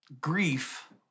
grief